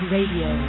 Radio